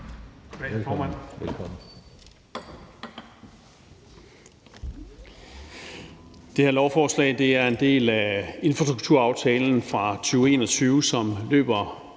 Goddag, formand. Det her lovforslag er en del af infrastrukturaftalen fra 2021, som løber